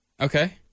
Okay